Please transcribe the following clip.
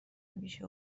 میشه